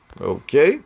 Okay